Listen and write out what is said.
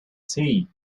tea